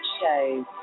shows